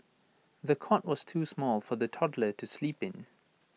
the cot was too small for the toddler to sleep in